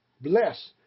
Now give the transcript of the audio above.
bless